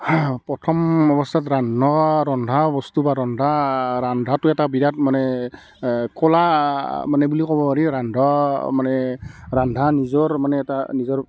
প্ৰথম অৱস্থাত ৰান্ধো আৰু ৰন্ধা বস্তু বা ৰন্ধা ৰন্ধাটো এটা বিৰাট মানে কলা মানে বুলি ক'ব পাৰি ৰন্ধা মানে ৰন্ধা নিজৰ মানে এটা নিজৰ